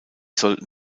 sollten